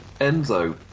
Enzo